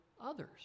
others